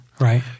Right